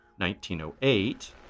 1908